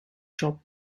shop